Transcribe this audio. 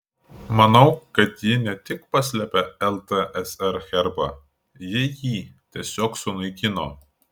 manau kad ji ne tik paslėpė ltsr herbą ji jį tiesiog sunaikino